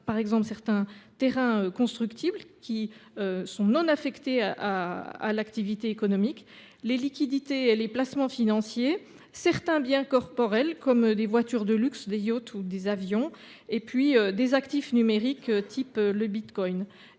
non bâtis, certains terrains constructibles non affectés à l’activité économique, les liquidités et les placements financiers, certains biens corporels comme des voitures de luxe, des yachts ou des avions, et des actifs numériques de type bitcoin.